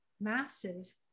massive